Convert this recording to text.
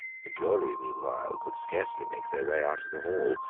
the jury meanwhile could scarcely make their way out of the hall.